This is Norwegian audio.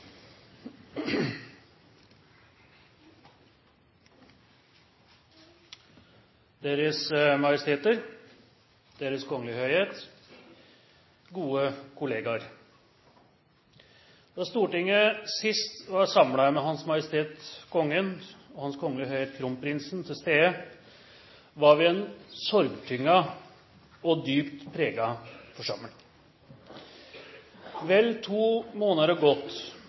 Deres Majesteter, Deres Kongelige Høyhet, gode kollegaer! Da Stortinget sist var samlet med Hans Majestet Kongen og Hans Kongelige Høyhet Kronprinsen til stede, var vi en sorgtynget og dypt preget forsamling. Vel to måneder